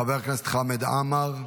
חבר הכנסת חמד עמאר,